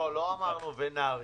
לא אמרנו שנאריך.